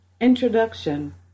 Introduction